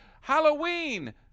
Halloween